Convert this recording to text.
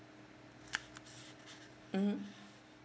mmhmm